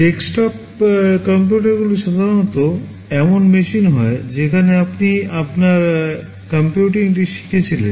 desktop কম্পিউটারগুলি সাধারণত এমন মেশিন হয় যেখানে আপনি আপনার কম্পিউটিংটি শিখেছিলেন